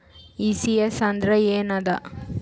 ECS ಅಂದ್ರ ಏನದ?